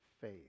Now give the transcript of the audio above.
faith